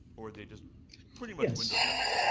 or are they just pretty much window dressing.